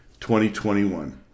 2021